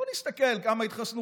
בואו נסתכל כמה התחסנו